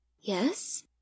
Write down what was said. Yes